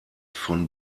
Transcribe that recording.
von